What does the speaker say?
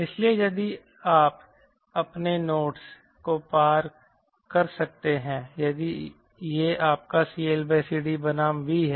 इसलिए यदि आप अपने नोट्स को पार कर सकते हैं यदि यह आपका CLCD बनाम V है